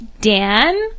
Dan